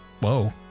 Whoa